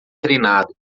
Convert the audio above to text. treinado